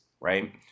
right